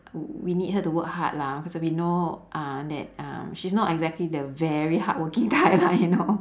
we need her to work hard lah because we know uh that um she's not exactly the very hardworking type lah you know